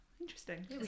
Interesting